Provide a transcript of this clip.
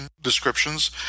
descriptions